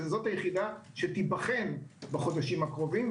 וזו היחידה שתיבחן בחודשים הקרובים,